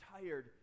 tired